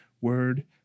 word